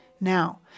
Now